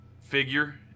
figure